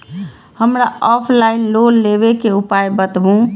हमरा offline loan लेबे के उपाय बतबु?